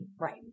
Right